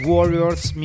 Warriors